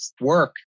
work